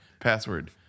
password